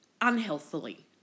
unhealthily